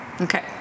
Okay